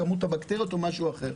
כמות הבקטריות או משהו אחר.